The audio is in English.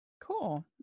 Cool